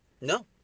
No